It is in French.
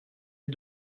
les